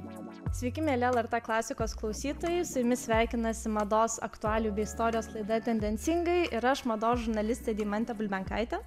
sveiki mieli lrt klasikos klausytojai su jumis sveikinasi mados aktualijų bei istorijos laida tendencingai ir aš mados žurnalistė deimantė bulbenkaitė